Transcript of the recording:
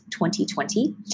2020